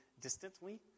distantly